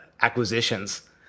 acquisitions